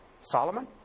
Solomon